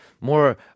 more